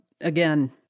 again